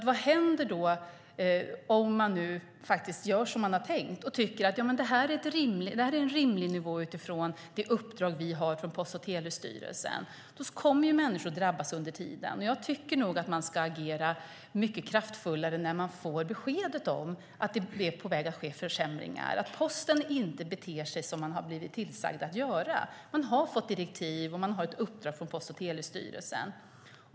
Vad händer om Posten gör som de har tänkt och tycker att servicen är på en rimlig nivå utifrån det uppdrag de har fått från Post och telestyrelsen? Då kommer människor att drabbas under tiden. Jag tycker att myndigheten ska agera kraftfullare när det kommer besked om att det är på väg att ske försämringar, att Posten inte beter sig som Posten har blivit tillsagd att göra. De har fått direktiv, och de har ett uppdrag från Post och telestyrelsen.